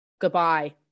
Goodbye